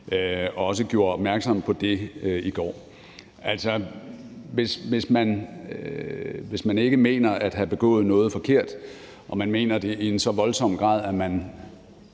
også gjorde opmærksom på det i går. Altså, hvis man ikke mener at have begået noget forkert og man mener det i en så voldsom grad, at man